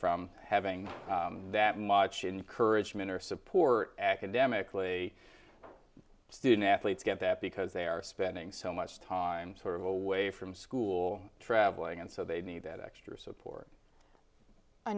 from having that much encourage mentor support academically student athletes get that because they are spending so much time sort of away from school traveling and so they need that extra support i